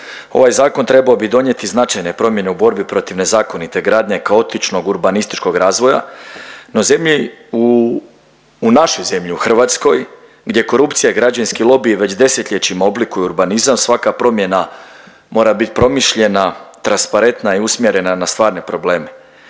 Ovaj Zakon trebao bi donijeti značajne promjene u borbi protiv nezakonite gradnje, kaotičnog urbanističkog razvoja, no zemlji u, u našoj zemlji u Hrvatskoj, gdje korupcija i građevinski lobiji već desetljećima oblikuju urbanizam, svaka promjena mora bit promišljena, transparentna i usmjerena na stvarne probleme.